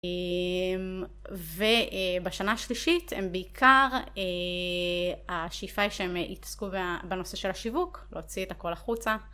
ובשנה השלישית הם בעיקר, השאיפה היא שהם יתעסקו בנושא של השיווק, להוציא את הכל החוצה